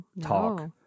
talk